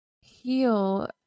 heal